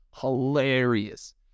hilarious